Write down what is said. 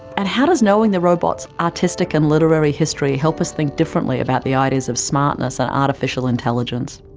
and how does knowing the robot's artistic and literary history help us think differently about the ideas of smartness and artificial intelligence?